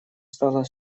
стала